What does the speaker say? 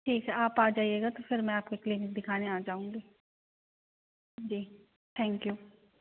ठीक है आप आ जाइएगा तो फिर मैं आपके क्लिनिक दिखाने आ जाउँगी जी थैंक यू